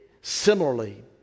similarly